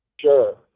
Sure